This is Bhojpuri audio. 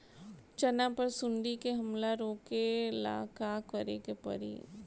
चना पर सुंडी के हमला रोके ला का करे के परी?